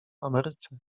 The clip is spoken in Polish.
ameryce